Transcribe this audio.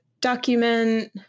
document